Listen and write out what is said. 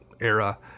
era